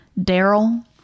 Daryl